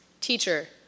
Teacher